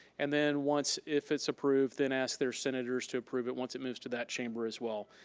and then once, if it's approved, then ask their senators to approve it once it moves to that chamber, as well.